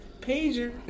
Pager